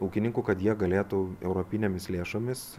ūkininkų kad jie galėtų europinėmis lėšomis